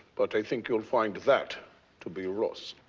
but i think you'll find that to be rust.